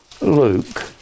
Luke